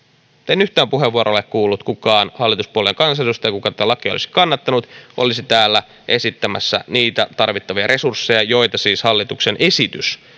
en yhtään puheenvuoroa ole kuullut jossa kukaan hallituspuolueen kansanedustaja joka tätä lakia olisi kannattanut olisi täällä esittämässä niitä tarvittavia resursseja joita siis hallituksen esitys